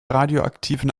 radioaktiven